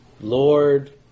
Lord